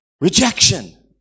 Rejection